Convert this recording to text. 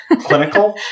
Clinical